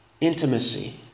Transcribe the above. intimacy